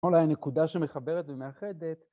אולי נקודה שמחברת ומאחדת.